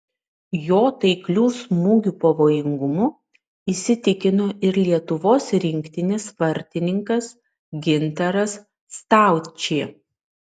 jo taiklių smūgių pavojingumu įsitikino ir lietuvos rinktinės vartininkas gintaras staučė